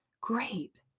Great